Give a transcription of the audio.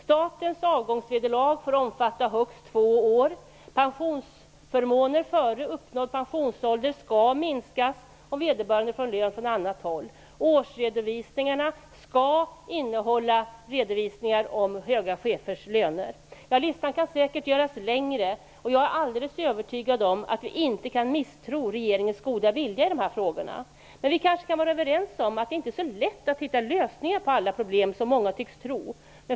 Statens avgångsvederlag får omfatta högst två år. Pensionsförmåner före uppnådd pensionsålder skall minskas, om vederbörande får lön från annat håll. Årsredovisningarna skall innehålla redovisningar av höga chefers löner. Listan kan säkerligen göras längre, och jag är alldeles övertygad om att vi inte kan misstro regeringens goda vilja i de här frågorna. Men vi kan kanske vara överens om att det inte är så lätt att finna lösningar på alla problem som många tycks tro.